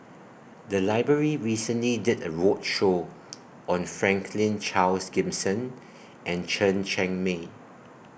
The Library recently did A roadshow on Franklin Charles Gimson and Chen Cheng Mei